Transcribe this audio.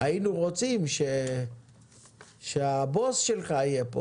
היינו רוצים שהבוס שלך יהיה פה